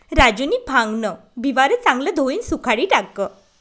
राजूनी भांगन बिवारं चांगलं धोयीन सुखाडी टाकं